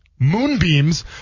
Moonbeams